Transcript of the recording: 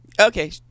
Okay